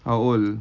how old